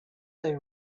they